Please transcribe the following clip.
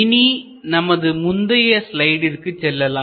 இனி நமது முந்தைய ஸ்லைடிற்கு செல்லலாம்